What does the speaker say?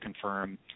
confirm